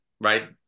right